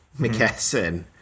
McKesson